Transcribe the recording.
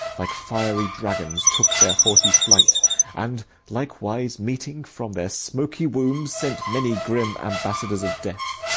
like fiery dragons took their haughty flight and, likewise meeting, from their smoky wombs sent many grim ambassadors of death.